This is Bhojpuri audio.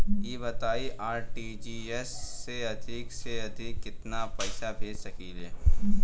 ई बताईं आर.टी.जी.एस से अधिक से अधिक केतना पइसा भेज सकिले?